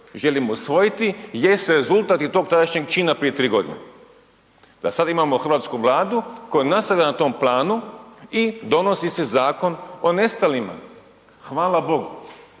želimo usvojiti gdje se rezultat i tog tadašnjeg čina prije 3.g. Da sad imamo hrvatsku Vladu koja nastavlja na tom planu i donosi se Zakon o nestalima, hvala Bogu.